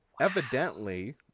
evidently